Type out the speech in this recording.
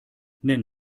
nenn